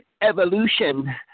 evolution